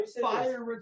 fire